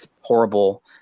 horrible